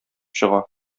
чыга